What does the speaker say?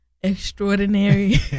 extraordinary